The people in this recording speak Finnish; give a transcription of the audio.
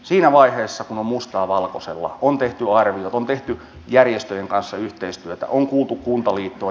siinä vaiheessa on mustaa valkoisella on tehty arviot on tehty järjestöjen kanssa yhteistyötä on kuultu kuntaliittoa